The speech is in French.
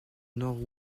nord